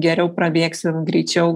geriau prabėgsime greičiau